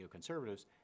neoconservatives